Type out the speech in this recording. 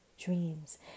dreams